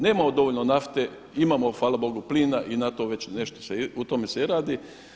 Nemamo dovoljno nafte, imamo hvala Bogu plina i na to već nešto u tom se i radi.